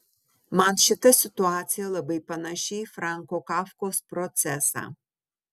man šita situacija labai panaši į franco kafkos procesą